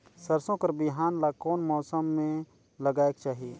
सरसो कर बिहान ला कोन मौसम मे लगायेक चाही?